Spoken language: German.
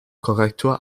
korrektur